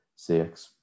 CX